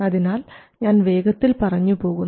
അതിനാൽ ഞാൻ വേഗത്തിൽ പറഞ്ഞു പോകുന്നു